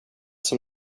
som